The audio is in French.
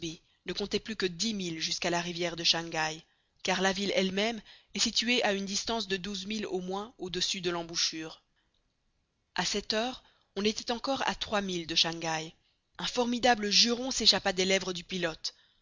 ne comptait plus que dix milles jusqu'à la rivière de shangaï car la ville elle-même est située à une distance de douze milles au moins au-dessus de l'embouchure a sept heures on était encore à trois milles de shangaï un formidable juron s'échappa des lèvres du pilote